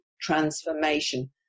transformation